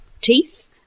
teeth